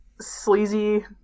sleazy